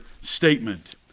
statement